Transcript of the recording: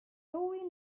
dorian